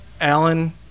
Alan